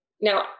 now